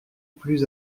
plus